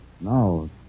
no